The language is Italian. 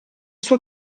sua